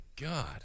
God